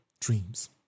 dreams